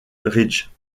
ridge